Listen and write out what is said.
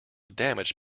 damaged